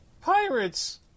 pirates